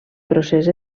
procés